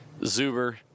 Zuber